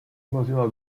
mozilla